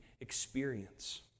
experience